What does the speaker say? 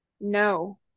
no